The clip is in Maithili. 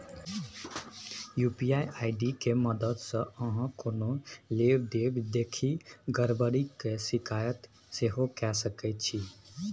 यू.पी.आइ आइ.डी के मददसँ अहाँ कोनो लेब देब देखि गरबरी केर शिकायत सेहो कए सकै छी